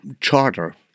charter